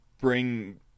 bring